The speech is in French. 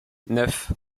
neuf